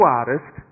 artist